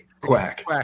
quack